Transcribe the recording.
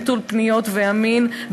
נטול פניות ואמין,